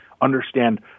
Understand